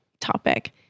topic